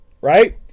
Right